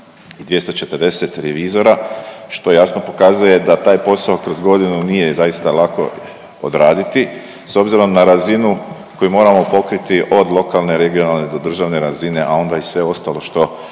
i 240 revizora što jasno pokazuje da taj posao kroz godinu nije zaista lako odraditi, s obzirom na razinu koji moramo pokriti od lokalne, regionalne do državne razine, a onda i sve ostalo što